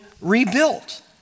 rebuilt